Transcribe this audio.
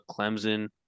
Clemson